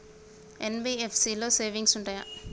NBFC లో savings ఉంటయా?